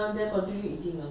it's like